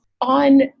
on